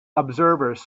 observers